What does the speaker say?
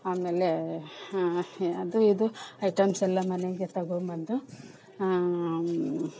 ಆಮೇಲೆ ಅದು ಇದು ಐಟಮ್ಸ್ ಎಲ್ಲ ಮನೆಗೆ ತಗೊಂಡ್ಬಂದು